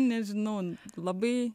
nežinau labai